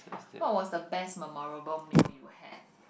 what was the best memorable meal you had